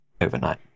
overnight